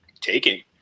taking